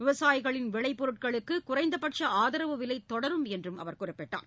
விவசாயிகளின் விளைப்பொருட்களுக்கு குறைந்தபட்ச ஆதரவு விலை தொடரும் என்றும் அவர் கூறினார்